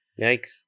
Yikes